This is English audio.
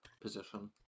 position